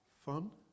fun